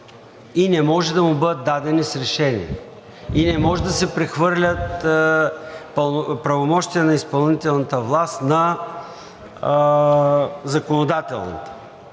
и не може да му бъдат дадени с решение, и не може да се прехвърлят правомощия на изпълнителната власт на законодателната.